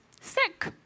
sick